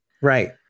Right